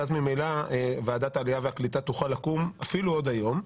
ואז ממילא ועדת העלייה והקליטה תוכל לקום אפילו עוד היום,